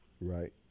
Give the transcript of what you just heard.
Right